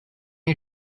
you